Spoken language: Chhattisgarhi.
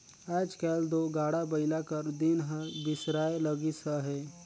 आएज काएल दो गाड़ा बइला कर दिन हर बिसराए लगिस अहे